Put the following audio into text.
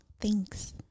thanks